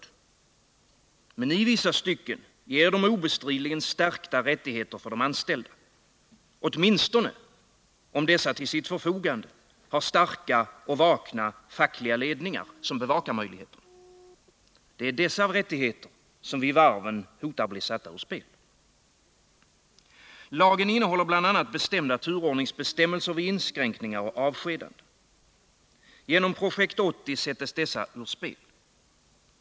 Om anställnings Men i vissa stycken ger de obestridligen stärkta rättigheter för de anställda, garantin för anåtminstone om dessa till sitt förfogande har starka och vakna fackliga — ställda vid Svenska ledningar som bevakar möjligheterna. Det är dessa rättigheter som vid Varv AB varven hotar att bli satta ur spel. Lagen innehåller bl.a. bestämda bestämmelser om turordning vid inskränkningar och avskedanden. Genom Projekt 80 sätts dessa ur spel.